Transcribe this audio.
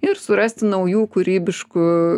ir surasti naujų kūrybiškų